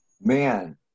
man